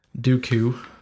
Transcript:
Dooku